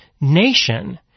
nation